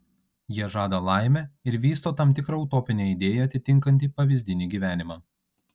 jie žada laimę ir vysto tam tikrą utopinę idėją atitinkantį pavyzdinį gyvenimą